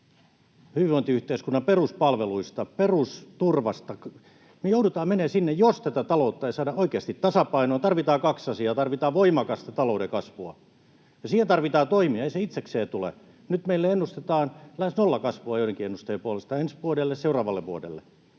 hyvinvointiyhteiskunnan peruspalveluista, perusturvasta. Me joudutaan menemään sinne, jos tätä taloutta ei saada oikeasti tasapainoon. Tarvitaan kaksi asiaa: Tarvitaan voimakasta talouden kasvua, ja siihen tarvitaan toimia, ei se itsekseen tule. Nyt meille ennustetaan joidenkin ennusteiden puolesta lähes nollakasvua ensi vuodelle ja seuraavalle vuodelle.